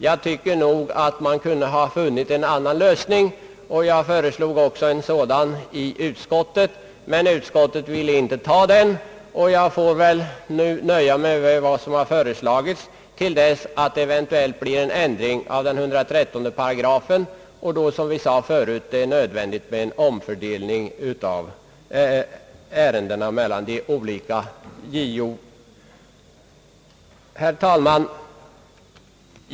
Jag tycker nog att man kunde ha funnit en annan lösning, och jag föreslog också en sådan i utskottet, men utskottet ville inte anta det förslaget, och jag får väl nöja mig med vad utskottet föreslagit till dess det eventuellt blir en ändring av § 113 och det, som förut sagts, blir nödvändigt med en omfördelning av ärendena mellan de olika ombudsmännen. Herr talman!